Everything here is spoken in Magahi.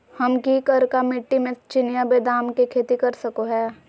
हम की करका मिट्टी में चिनिया बेदाम के खेती कर सको है?